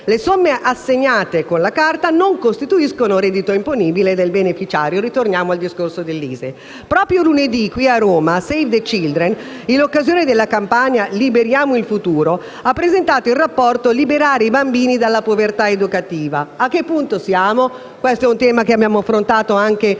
Le somme assegnate con la carta non costituiscono reddito imponibile del beneficiario, a proposito del discorso relativo all'ISEE. Proprio lunedì, a Roma, l'associazione Save the Children, in occasione della campagna «Illuminiamo il Futuro» ha presentato il rapporto «Liberare i bambini dalla povertà educativa: a che punto siamo?». È un tema che abbiamo affrontato anche nel